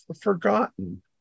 forgotten